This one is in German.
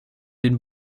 den